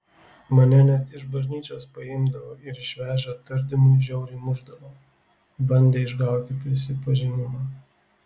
mane net iš bažnyčios paimdavo ir išvežę tardymui žiauriai mušdavo bandė išgauti prisipažinimą